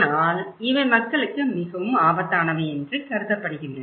ஆனால் இவை மக்களுக்கு மிகவும் ஆபத்தானவை என்று கருதப்படுகின்றன